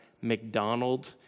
McDonald